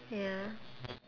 ya